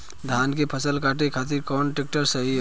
धान के फसल काटे खातिर कौन ट्रैक्टर सही ह?